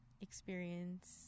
experience